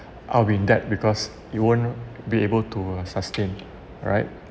I'll be dead because you won't be able to sustain alright